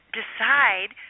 decide